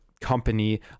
company